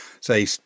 say